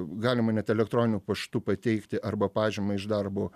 galima net elektroniniu paštu pateikti arba pažymą iš darbo